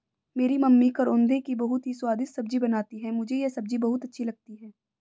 मेरी मम्मी करौंदे की बहुत ही स्वादिष्ट सब्जी बनाती हैं मुझे यह सब्जी बहुत अच्छी लगती है